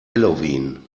halloween